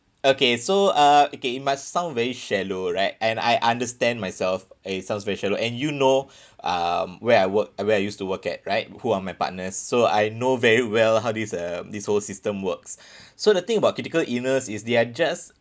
okay so uh okay it must sound very shallow right and I understand myself and it sounds very shallow and you know um where I work I where I used to work at right who are my partners so I know very well how this uh this whole system works so the thing about critical illness is they're just